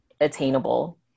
attainable